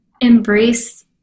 embrace